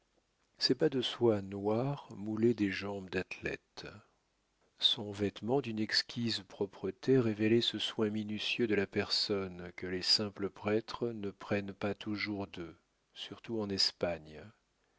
ses bas de soie noire moulaient des jambes d'athlète son vêtement d'une exquise propreté révélait ce soin minutieux de la personne que les simples prêtres ne prennent pas toujours d'eux surtout en espagne